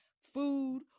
food